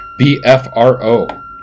BFRO